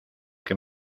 qué